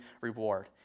reward